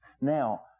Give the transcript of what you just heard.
Now